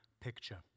picture